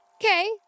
Okay